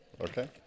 Okay